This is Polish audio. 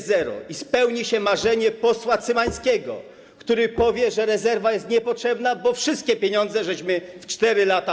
będzie zero, i spełni się marzenie posła Cymańskiego, który powie, że rezerwa jest niepotrzebna, bo wszystkie pieniądze wydaliśmy w 4 lata.